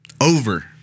Over